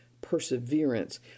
perseverance